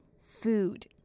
food